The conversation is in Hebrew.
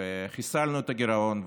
וחיסלנו את הגירעון.